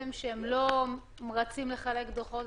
איה אמרה קודם שהם לא רצים לחלק דוחות,